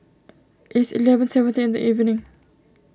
is eleven seventeen in the evening